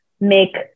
make